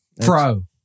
Pro